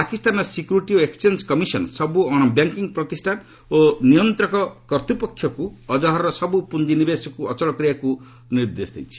ପାକିସ୍ତାନର ସିକ୍ୟୁରିଟି ଓ exchange commission ସବୁ ଅଣବ୍ୟାଙ୍କିଙ୍ଗ୍ ପ୍ରତିଷ୍ଠାନ ଓ ନିୟନ୍ତ୍ରକ କର୍ତ୍ତ୍ୱପକ୍ଷକୁ ଅଜ୍ହର୍ର ସବୁ ପୁଞ୍ଜିନିବେଶକୁ ଅଚଳ କରିବାକୁ ନିର୍ଦ୍ଦେଶ ଦେଇଛି